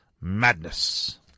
Madness